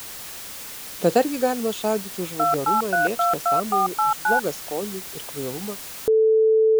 bet argi galima šaudyti už vulgarumą lėkštą sąmojį už blogą skonį ir kvailumą